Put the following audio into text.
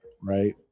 right